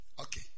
Okay